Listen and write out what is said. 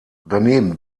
daneben